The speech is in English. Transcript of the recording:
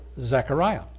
Zechariah